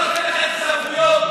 אין לך את הסמכויות,